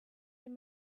dem